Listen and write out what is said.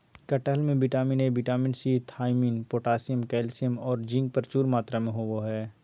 कटहल में vitamin A, vitamin C, thiamine, potassium, calcium औरो जिंक प्रचुर मात्रा में होबा हइ